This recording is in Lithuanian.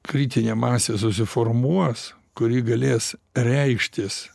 kritinė masė susiformuos kuri galės reikštis